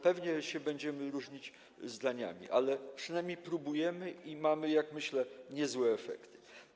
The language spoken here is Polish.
Pewnie będziemy się różnić zdaniami, ale przynajmniej próbujemy i mamy, jak myślę, niezłe efekty.